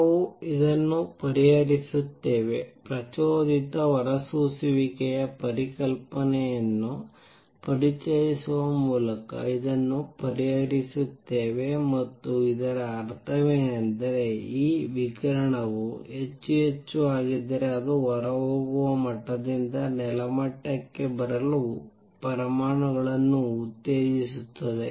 ನಾವು ಇದನ್ನು ಪರಿಹರಿಸುತ್ತೇವೆ ಪ್ರಚೋದಿತ ಹೊರಸೂಸುವಿಕೆಯ ಪರಿಕಲ್ಪನೆಯನ್ನು ಪರಿಚಯಿಸುವ ಮೂಲಕ ಇದನ್ನು ಪರಿಹರಿಸುತ್ತೇವೆ ಮತ್ತು ಇದರ ಅರ್ಥವೇನೆಂದರೆ ಈ ವಿಕಿರಣವು ಹೆಚ್ಚು ಹೆಚ್ಚು ಆಗಿದ್ದರೆ ಅದು ಹೊರಹೋಗುವ ಮಟ್ಟದಿಂದ ನೆಲಮಟ್ಟಕ್ಕೆ ಬರಲು ಪರಮಾಣುಗಳನ್ನು ಉತ್ತೇಜಿಸುತ್ತದೆ